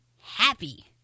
happy